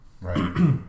right